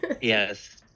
Yes